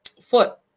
foot